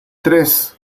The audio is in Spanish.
tres